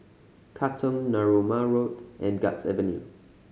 Katong Narooma Road and Guards Avenue